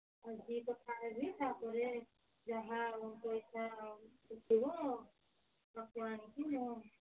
ଆଜି କଥାହେବି ତା'ପରେ ଯାହା ହେବ ପଇସା ତାକୁ ଆଣିକି ମୁଁ